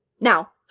now